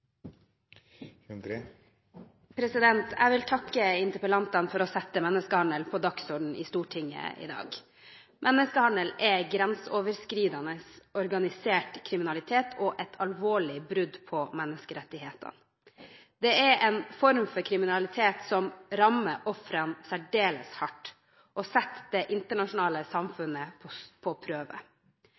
håndheving. Jeg vil takke interpellantene for å sette menneskehandel på dagsordenen i Stortinget i dag. Menneskehandel er grenseoverskridende organisert kriminalitet og et alvorlig brudd på menneskerettighetene. Det er en form for kriminalitet som rammer ofrene særdeles hardt, og som setter det internasjonale samfunnet på prøve.